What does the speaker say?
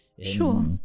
Sure